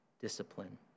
discipline